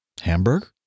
Hamburg